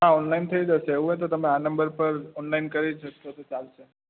હા ઓનલાઇન થઈ જશે એવું હોય તો તમે આ નંબર પર ઓનલાઇન કરી જ શકો ચાલશે